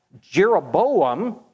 Jeroboam